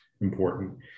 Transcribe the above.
important